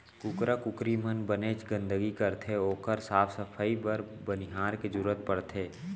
कुकरा कुकरी मन बनेच गंदगी करथे ओकर साफ सफई बर बनिहार के जरूरत परथे